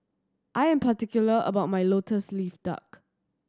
I am particular about my Lotus Leaf Duck